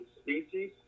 species